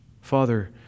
Father